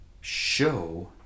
show